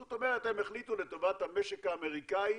זאת אומרת הם החליטו לטובת המשק האמריקאי.